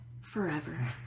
forever